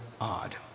odd